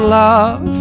love